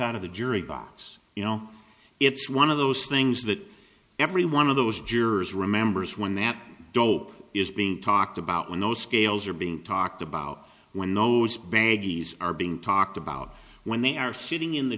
out of the jury box you know it's one of those things that every one of those jurors remembers when that dope is being talked about when those scales are being talked about when nos baggies are being talked about when they are sitting in the